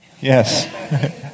Yes